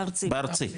בארצי.